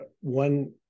one